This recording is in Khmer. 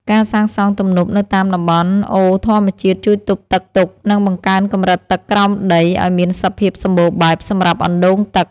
ការសាងសង់ទំនប់នៅតាមតំបន់អូរធម្មជាតិជួយទប់ទឹកទុក និងបង្កើនកម្រិតទឹកក្រោមដីឱ្យមានសភាពសម្បូរបែបសម្រាប់អណ្តូងទឹក។